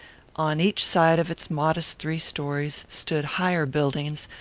on each side of its modest three stories stood higher buildings,